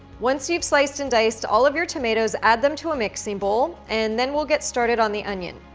once you've sliced and diced all of your tomatoes, add them to a mixing bowl, and then we'll get started on the onion.